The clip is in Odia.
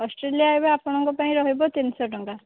ଅଷ୍ଟ୍ରେଲିଆ ଏବେ ଆପଣଙ୍କ ପାଇଁ ରହିବ ତିନିଶହ ଟଙ୍କା